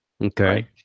Okay